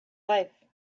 life